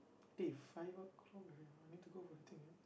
eh five o-clock already !wah! need to go for the thing already